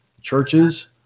Churches